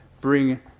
bring